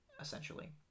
essentially